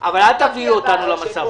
אבל אל תביאו אותנו למצב הזה.